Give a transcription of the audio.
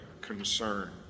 concern